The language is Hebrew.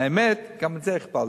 האמת שגם את זה הכפלתי,